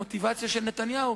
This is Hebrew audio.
המוטיבציה של נתניהו,